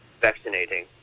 vaccinating